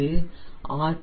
இது 80 ஆர்